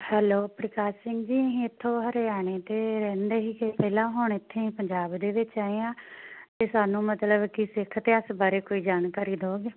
hello Prakash Singh ji ਅਸੀਂ ਇੱਥੋਂ ਹਰਿਆਣੇ ਦੇ ਰਹਿੰਦੇ ਸੀਗੇ ਪਹਿਲਾਂ ਹੁਣ ਇੱਥੇ ਪੰਜਾਬ ਦੇ ਵਿੱਚ ਆਏ ਹਾਂ ਅਤੇ ਸਾਨੂੰ ਮਤਲਬ ਕਿ ਸਿੱਖ ਇਤਿਹਾਸ ਬਾਰੇ ਕੋਈ ਜਾਣਕਾਰੀ ਦਿਉਂਗੇ